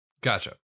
Gotcha